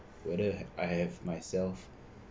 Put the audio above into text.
whether I have myself